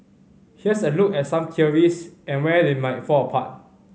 here's a look at some theories and where they might fall apart